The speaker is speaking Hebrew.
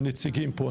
הנציגים פה.